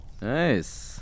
Nice